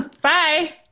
bye